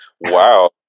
wow